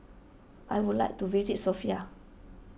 I would like to visit Sofia